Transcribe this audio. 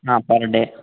ಹಾಂ per day